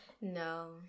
No